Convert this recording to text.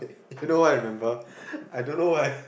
if you know what I remember I don't know why